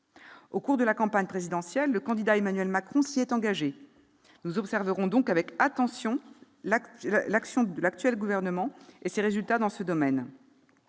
Au cours de la campagne présidentielle, le candidat Emmanuel Macron s'y est engagé. Nous observerons donc avec attention l'action de l'actuel Gouvernement et ses résultats dans ce domaine.